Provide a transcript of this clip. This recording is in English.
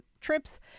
trips